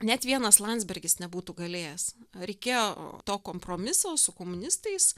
net vienas landsbergis nebūtų galėjęs reikėjo to kompromiso su komunistais